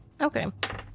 Okay